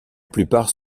plupart